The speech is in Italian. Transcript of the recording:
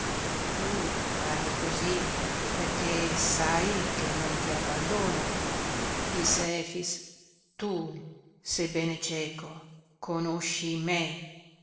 tu parli cosí perché sai che non ti abbandono disse efix tu sebbene cieco conosci me